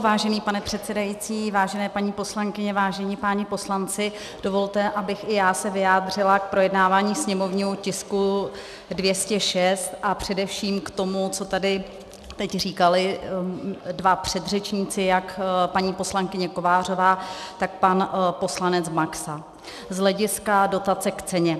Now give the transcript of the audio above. Vážený pane předsedající, vážené paní poslankyně, vážení páni poslanci, dovolte, abych i já se vyjádřila k projednávání sněmovního tisku 206 a především k tomu, co tady teď říkali dva předřečníci, jak paní poslankyně Kovářová, tak pan poslanec Baxa z hlediska dotace k ceně.